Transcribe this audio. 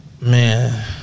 Man